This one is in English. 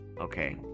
okay